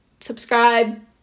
subscribe